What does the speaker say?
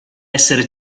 essere